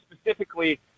specifically